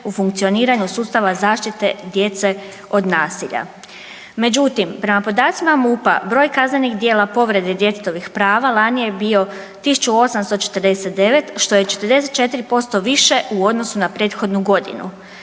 u funkcioniranju sustava zaštite djece od nasilja. Međutim, prema podacima MUP-a broj kaznenih djela povrede djetetovih prava lani je bio 1849 što je 44% više u odnosu na prethodnu godinu.